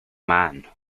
man